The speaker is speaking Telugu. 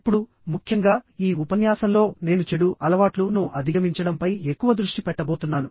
ఇప్పుడు ముఖ్యంగా ఈ ఉపన్యాసంలో నేను చెడు అలవాట్లు ను అధిగమించడంపై ఎక్కువ దృష్టి పెట్టబోతున్నాను